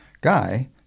Guy